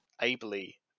ably